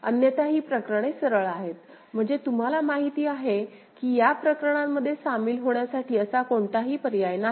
अन्यथा ही प्रकरणे सरळ आहेत म्हणजे तुम्हाला माहिती आहे की या प्रकरणांमध्ये सामील होण्यासाठी असा कोणताही पर्याय नाही